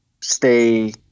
stay